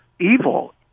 evil